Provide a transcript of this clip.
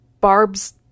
Barb's